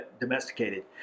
domesticated